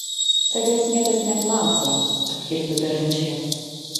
tavęs niekas neklausia atkirto beranžė